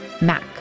Mac